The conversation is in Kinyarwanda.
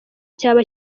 cyaba